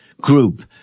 group